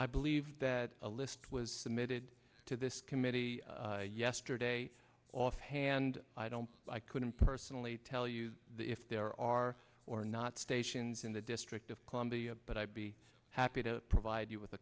i believe that a list was submitted to this committee yesterday offhand i don't i couldn't personally tell you if there are or not stations in the district of columbia but i'd be happy to provide you with a